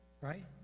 right